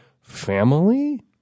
family